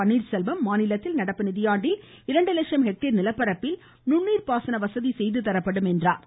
பன்னீர்செல்வம் மாநிலத்தில் நடப்பு நிதியாண்டில் இரண்டு லட்சம் ஹெக்டேர் நிலப்பரப்பில் நுண்ணீர் பாசன வசதி செய்தி தரப்படும் என்றார்